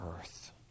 earth